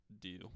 deal